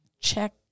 check